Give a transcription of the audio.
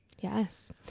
Yes